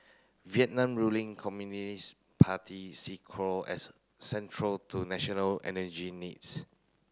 Vietnam ruling Communist Party see coal as central to national energy needs